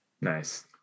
Nice